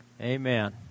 Amen